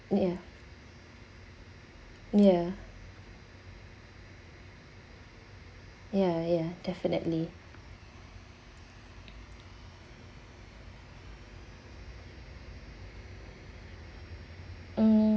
ya ya ya ya definitely hmm